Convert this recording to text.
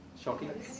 shocking